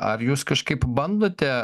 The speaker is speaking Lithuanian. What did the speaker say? ar jūs kažkaip bandote